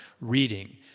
reading